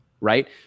Right